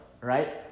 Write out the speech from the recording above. right